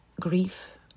grief